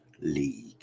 league